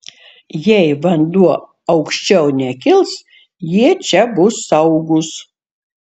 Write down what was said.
jei vanduo aukščiau nekils jie čia bus saugūs